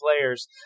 players